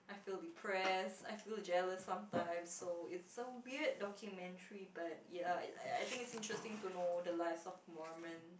I feel depressed I feel jealous sometimes so it's a weird documentary but ya I I think it's interesting to know the lives of Mormon